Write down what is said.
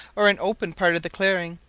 or an open part of the clearing,